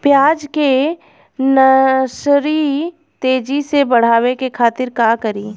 प्याज के नर्सरी तेजी से बढ़ावे के खातिर का करी?